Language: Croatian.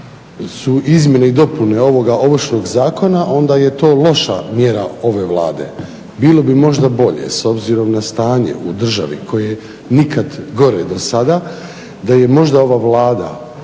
su izmjene i dopune ovoga Ovršnog zakona onda je to loša mjera ove Vlade. Bilo bi možda bolje s obzirom na stanje u državi koje nikad gore do sada, da je možda ova Vlada